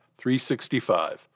365